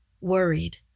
Worried